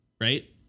right